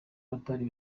batari